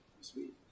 Sweet